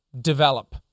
develop